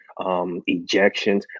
ejections